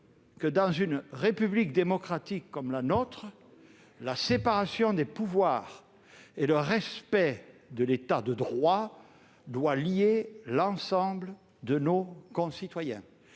que, dans une république démocratique comme la nôtre, la séparation des pouvoirs et le respect de l'État de droit doivent lier l'ensemble de nos concitoyens.